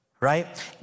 right